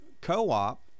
co-op